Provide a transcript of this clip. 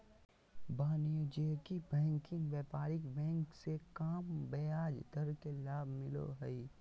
वाणिज्यिक बैंकिंग व्यापारिक बैंक मे कम ब्याज दर के लाभ मिलो हय